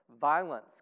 Violence